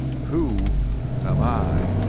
who am i